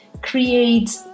create